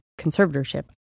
conservatorship